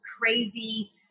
crazy